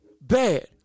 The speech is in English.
bad